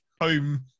home